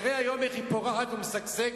תראה היום איך היא פורחת ומשגשגת.